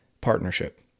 partnership